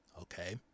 Okay